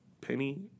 penny